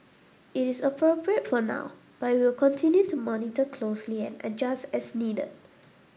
it is appropriate for now but we will continue to monitor closely and adjust as needed